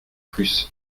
plus